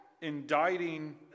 Indicting